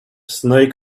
snake